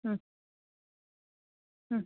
ಹ್ಞೂ ಹ್ಞೂ